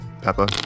Peppa